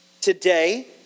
today